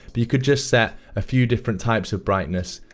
but, you could just set a few different types of brightness,